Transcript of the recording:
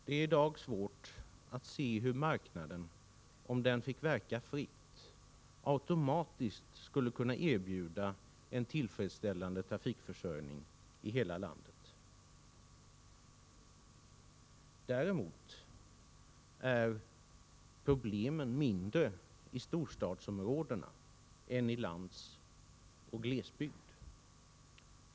Det är i dag svårt att se hur marknaden, om den fick verka fritt, automatiskt skulle kunna erbjuda en tillfredsställande trafikförsörjning i hela landet. Däremot är problemen mindre i storstadsområdena än i landsoch glesbygd.